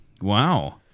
wow